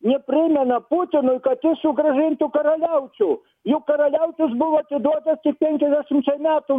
neprimena putinui kad jis sugrąžintų karaliaučių juk karaliaučius buvo atiduotas penkiasdešimčiai metų